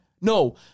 No